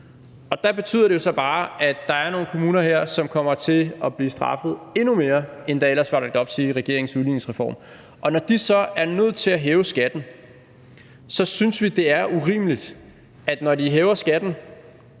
der betyder det jo så bare, at der er nogle kommuner her, som kommer til at blive straffet endnu mere, end der ellers var lagt op til i regeringens udligningsreform, og vi synes, det er urimeligt, at når de så hæver skatten